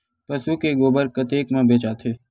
पशु के गोबर कतेक म बेचाथे?